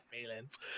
feelings